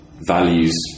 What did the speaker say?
values